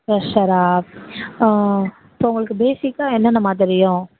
ஃப்ரெஷ்ஷராக இப்போ உங்களுக்கு பேஸிக்காக என்னென்னம்மா தெரியும்